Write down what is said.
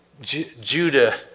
Judah